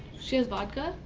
she has vodka?